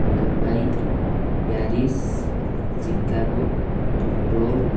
Dubai Paris Chicago Rome